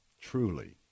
truly